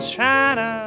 China